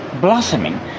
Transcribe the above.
blossoming